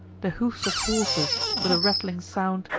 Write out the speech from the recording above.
the hoofs of horses, with a rattling sound,